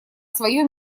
свое